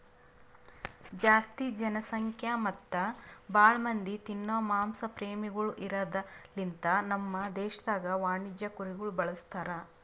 ಜಾಸ್ತಿ ಜನಸಂಖ್ಯಾ ಮತ್ತ್ ಭಾಳ ಮಂದಿ ತಿನೋ ಮಾಂಸ ಪ್ರೇಮಿಗೊಳ್ ಇರದ್ ಲಿಂತ ನಮ್ ದೇಶದಾಗ್ ವಾಣಿಜ್ಯ ಕುರಿಗೊಳ್ ಬಳಸ್ತಾರ್